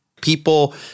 people